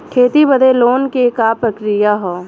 खेती बदे लोन के का प्रक्रिया ह?